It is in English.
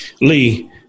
Lee